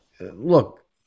Look